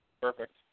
Perfect